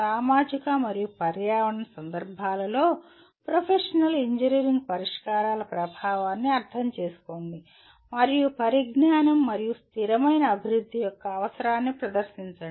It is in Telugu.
సామాజిక మరియు పర్యావరణ సందర్భాలలో ప్రొఫెషనల్ ఇంజనీరింగ్ పరిష్కారాల ప్రభావాన్ని అర్థం చేసుకోండి మరియు పరిజ్ఞానం మరియు స్థిరమైన అభివృద్ధి యొక్క అవసరాన్ని ప్రదర్శించండి